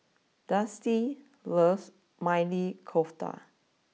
Dusty loves Maili Kofta